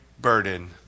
burden